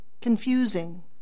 confusing